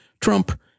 Trump